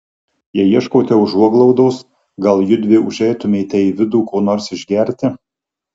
jei ieškote užuoglaudos gal judvi užeitumėte į vidų ko nors išgerti